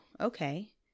okay